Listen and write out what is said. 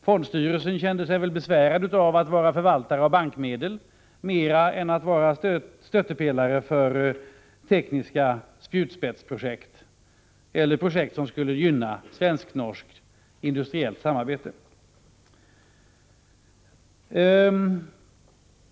Fondstyrelsen kände sig väl besvärad av att mera fungera som förvaltare av bankmedel än som stöttepelare för tekniska spjutspetsprojekt eller projekt som skulle gynna svenskt-norskt industriellt samarbete.